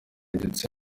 ndetse